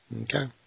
Okay